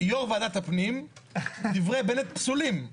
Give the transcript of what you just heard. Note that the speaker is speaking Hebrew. יו"ר ועדת הפנים: דברי בנט פסולים.